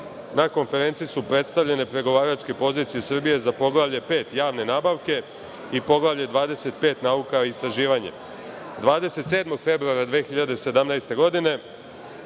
Na konferenciji su predstavljene pregovaračke pozicije Srbije za Poglavlje 5 - javne nabavke i Poglavlje 25 - nauka i istraživanje. Dana, 27. februara 2017. godine,